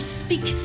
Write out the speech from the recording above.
speak